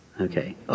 Okay